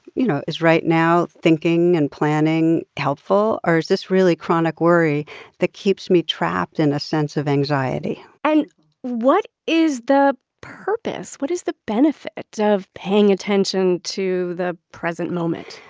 you know, is right now thinking and planning helpful? or is this really chronic worry that keeps me trapped in a sense of anxiety? and what is the purpose? what is the benefit of paying attention to the present moment?